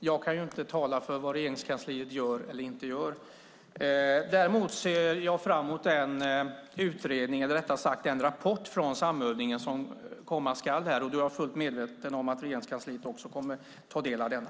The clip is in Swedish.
Fru talman! Jag kan inte tala för vad Regeringskansliet gör eller inte gör. Däremot ser jag fram emot den utredning eller rättare sagt den rapport från samövningen som komma ska. Och jag är fullt medveten om att Regeringskansliet också kommer att ta del av denna.